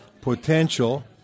potential